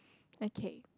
okay